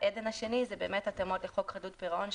האדן השני זה התאמות לחוק חדלות פירעון,